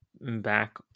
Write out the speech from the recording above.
back